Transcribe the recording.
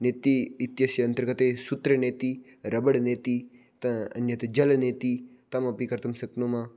नेतिः इत्यस्य अन्तर्गते सूत्रनेतिः रबडनेतिः अन्यत् जलनेतिः तमपि कर्तुं शक्नुमः